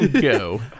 Go